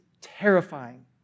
terrifying